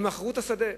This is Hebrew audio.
הן מכרו את השדה,